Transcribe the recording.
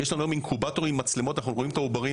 יש לנו אינקובטור עם מצלמות ואנחנו רואים את העוברים,